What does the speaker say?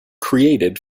created